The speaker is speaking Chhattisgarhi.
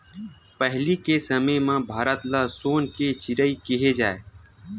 पहिली के समे म भारत ल सोन के चिरई केहे जाए